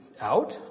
out